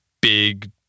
big